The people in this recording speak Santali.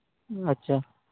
ᱟᱪᱪᱷᱟ